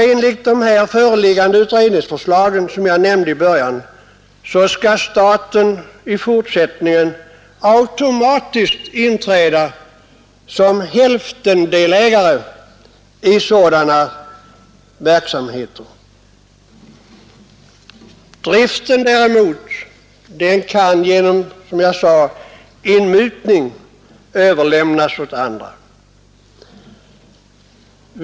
Enligt det föreliggande utredningsförslaget skall staten i fortsättningen automatiskt inträda som hälftendelägare i sådan verksamhet. Driften däremot kan genom inmutning överlämnas åt andra.